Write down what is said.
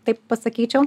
taip pasakyčiau